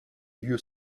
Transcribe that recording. lieu